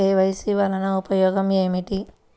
KYC వలన ఉపయోగం ఏమిటీ?